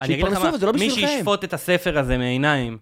אני אגיד לכם, מי שישפוט את הספר הזה מעיניים...